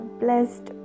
blessed